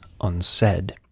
unsaid